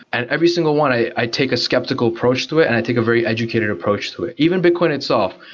and every single one, i take a skeptical approach to it and i take a very educated approach to it. even bitcoin itself,